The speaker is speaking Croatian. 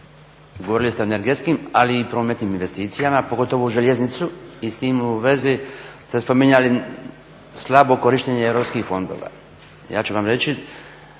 Hvala vam